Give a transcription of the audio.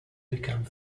become